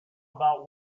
about